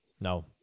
no